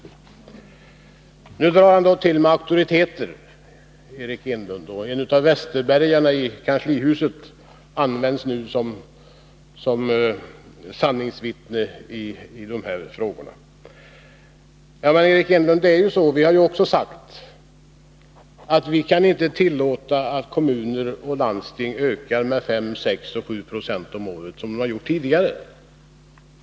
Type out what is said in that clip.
Eric Enlund drar nu till med auktoriteter — en av Westerbergarna i kanslihuset används som sanningsvittne i denna fråga. Men vi har också, Eric Enlund, sagt att vi inte kan tillåta att kommuner och landsting ökar tillväxten medS, 6 eller 7 76 om året, som de har gjort tidigare.